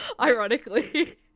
Ironically